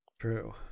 True